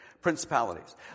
Principalities